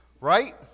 right